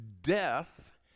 death